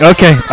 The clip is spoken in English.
Okay